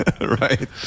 right